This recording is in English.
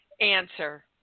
answer